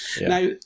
Now